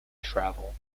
travel